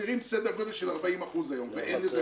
שחסרים סדר גודל של 40% היום ואין לזה